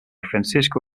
francisco